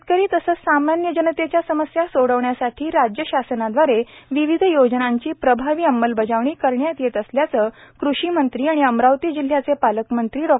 शेतकरी तसंच सामान्य जनतेच्या समस्या सोडवण्यासाठी राज्य शासनाव्दारे विविध योजनांची प्रभावी अंमलबजावणी करण्यात येतं असल्याचं कृषीमंत्री आणि अमरावती जिल्ह्याचे पालकमंत्री डॉ